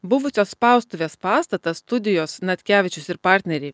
buvusios spaustuvės pastatas studijos natkevičius ir partneriai